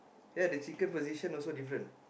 ya the chicken position also different